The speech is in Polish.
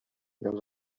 miał